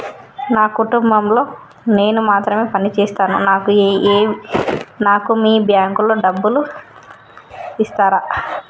నా కుటుంబం లో నేను మాత్రమే పని చేస్తాను నాకు మీ బ్యాంకు లో డబ్బులు ఇస్తరా?